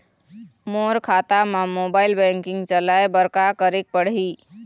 मोर खाता मा mobile banking चलाए बर का करेक पड़ही?